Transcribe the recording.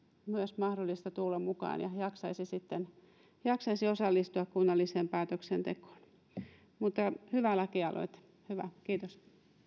myös mahdollista tulla mukaan ja he jaksaisivat sitten osallistua kunnalliseen päätöksentekoon hyvä lakialoite kiitos